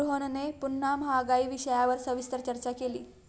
रोहनने पुन्हा महागाई विषयावर सविस्तर चर्चा केली